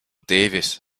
davis